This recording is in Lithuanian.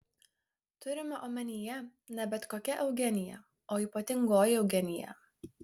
turima omenyje ne bet kokia eugenija o ypatingoji eugenija